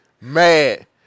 Mad